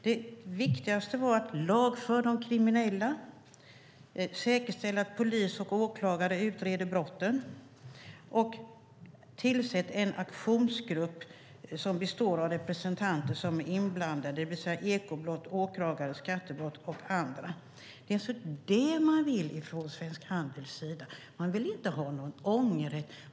Det viktigaste var: Lagför de kriminella. Säkerställ att polis och åklagare utreder brotten. Tillsätt en aktionsgrupp som består av representanter för de inblandade, det vill säga ekobrott, åklagare, skattebrott och andra. Svensk Handel vill inte ha någon ångerrätt.